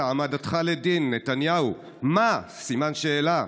העמדתך לדין?" נתניהו: "מה?" סימן שאלה.